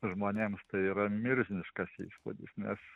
žmonėms tai yra milžiniškas įspūdis nes